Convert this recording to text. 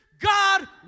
God